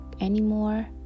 anymore